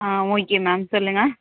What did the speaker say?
ஆ okay ma'am சொல்லுங்கள்